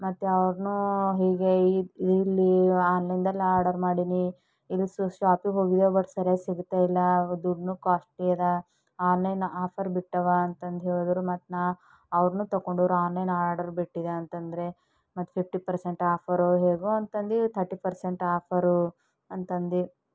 ಮತ್ತು ಅವ್ರನ್ನೂ ಹೀಗೆ ಇಲ್ಲಿ ಆನ್ಲೈನ್ದಲ್ಲಿ ಆರ್ಡರ್ ಮಾಡೀನಿ ಇಲ್ಲಿ ಸಹ ಶಾಪ್ಗೆ ಹೋಗಿದ್ದೇವೆ ಬಟ್ ಸರಿಯಾಗಿ ಸಿಗ್ತಾಯಿಲ್ಲ ದುಡ್ಡನ್ನೂ ಕಾಸ್ಟ್ಲಿ ಅದ ಆನ್ಲೈನ್ ಆಫರ್ ಬಿಟ್ಟಾವ ಅಂತ ಅಂದು ಹೇಳಿದರೂ ಮತ್ತು ನಾನು ಅವ್ರನ್ನೂ ತಗೊಂಡ್ರು ಆನ್ಲೈನ್ ಆರ್ಡರ್ ಬಿಟ್ಟಿದೆ ಅಂತಂದರೆ ಮತ್ತು ಫಿಫ್ಟಿ ಪರ್ಸೆಂಟ್ ಆಫರ್ ಹೇಗೋ ಅಂತಂದು ಥರ್ಟಿ ಪರ್ಸೆಂಟ್ ಆಫರು ಅಂತಂದು